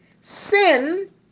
Sin